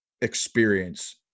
experience